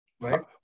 right